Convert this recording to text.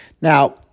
Now